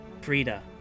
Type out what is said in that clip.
Frida